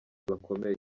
bakomeye